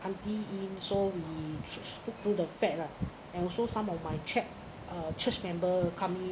aunty in so we t~ took to the fact lah and also some of my check uh church member coming